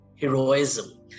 heroism